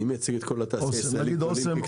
אני מייצג את כל התעשייה הישראלית, גדולים כקטנים.